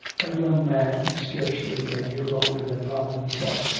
a young man scarcely a year older than robin himself,